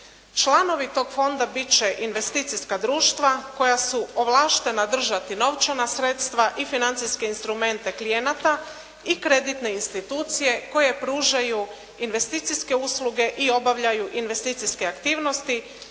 Članovi tog fonda bit će investicijska društva koja su ovlaštena držati novčana sredstva i financijske instrumente klijenata i kreditne institucije koje pružaju investicijske usluge i obavljaju investicijske aktivnosti